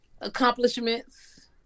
accomplishments